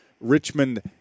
Richmond